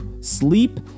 sleep